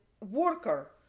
worker